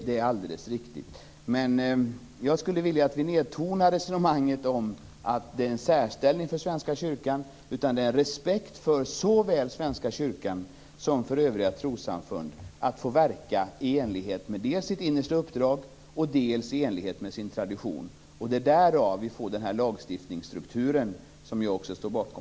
Det är alldeles riktigt. Jag skulle vilja att vi nedtonade resonemanget om att det är en särställning för Svenska kyrkan. Det är en respekt för såväl Svenska kyrkan som för övriga trossamfund att få verka dels i enlighet med sitt innersta uppdrag, dels i enlighet med sin tradition. Det är därav vi får den lagstiftningsstruktur som vi också står bakom.